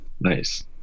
Nice